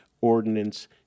ordinance